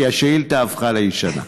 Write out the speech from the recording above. כי השאילתה הפכה לישנה.